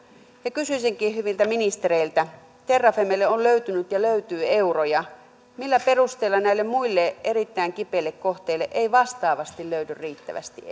kysyisinkin hyviltä ministereiltä terrafamelle on löytynyt ja löytyy euroja millä perusteella näille muille erittäin kipeille kohteille ei vastaavasti löydy riittävästi